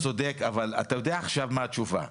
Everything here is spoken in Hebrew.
אתה צודק, אבל אתה יודע עכשיו מה התשובה,